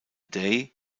day